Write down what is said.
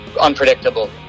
unpredictable